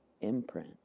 imprint